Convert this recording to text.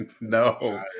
No